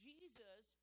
Jesus